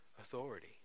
authority